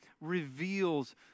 reveals